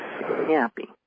happy